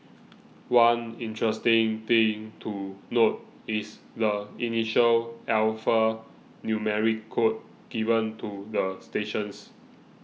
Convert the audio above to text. one interesting thing to note is the initial alphanumeric code given to the stations